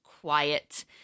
quiet